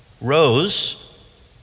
rose